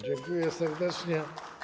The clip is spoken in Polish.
Dziękuję serdecznie.